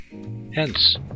Hence